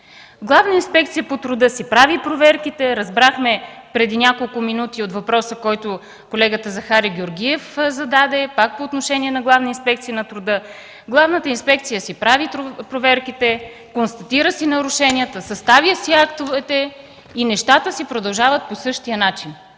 Главната инспекция по труда си прави проверките, разбрахме преди няколко минути от въпроса, който колегата Захари Георгиев зададе пак по отношение на Главна инспекция по труда. Главната инспекция си прави проверките, констатира си нарушенията, съставя си актовете и нещата си продължават по същия начин.